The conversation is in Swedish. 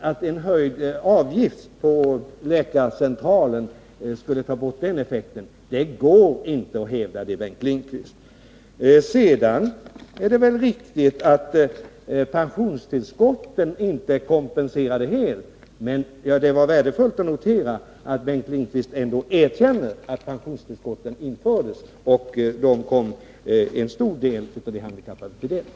Att en höjd avgift på läkarcentralen skulle ta bort den effekten går inte att hävda, Bengt Lindqvist. Sedan är det väl riktigt att pensionstillskotten inte innebar en fullständig kompensation, men det var värdefullt att notera att Bengt Lindqvist ändå erkänner att pensionstillskotten infördes och att de kom många av de handikappade till del.